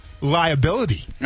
Liability